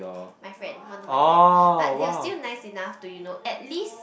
my friend one of my friend but they were still nice enough to you know at least